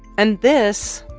and this,